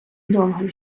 довгий